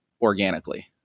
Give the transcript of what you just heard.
organically